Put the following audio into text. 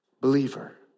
believer